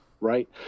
right